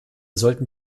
sollten